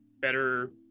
better